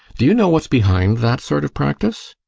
do you know what's behind that sort of practice?